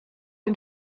den